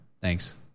Thanks